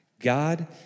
God